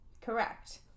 correct